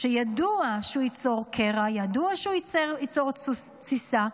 שידוע שהוא ייצור קרע, ידוע שהוא ייצור תסיסה.